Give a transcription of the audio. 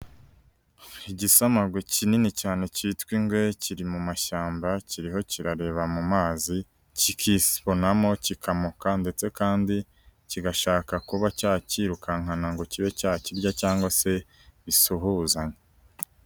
Igisamangowe kinini cyane kitwa ingwe, kiri mu mashyamba, kiriho kirareba mu mazi, kikibonamo kikamoka ndetse kandi kigashaka kuba cyacyirukankana ngo kibe cyakirya cyangwa se bisuhuzanye.